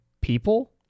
people